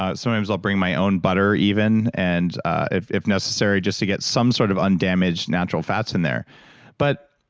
ah sometimes i'll bring my own butter even and if if necessary, just to get some sort of undamaged natural fats in there but